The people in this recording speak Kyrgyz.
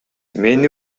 мени